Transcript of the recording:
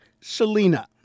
Selena